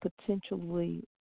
potentially